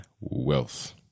wealth